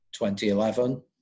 2011